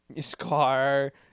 Scar